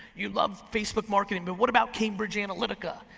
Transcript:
you love facebook marketing, but what about cambridge analytica?